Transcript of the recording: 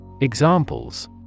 Examples